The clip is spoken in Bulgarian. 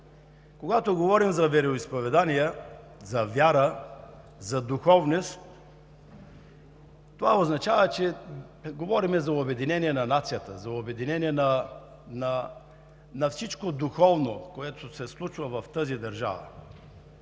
Когато говорим за вероизповедания, за вяра, за духовност, означава, че говорим за обединение на нацията, за обединение на всичко духовно, което се случва в тази държава